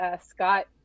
Scott